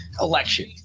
election